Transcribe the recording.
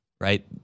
right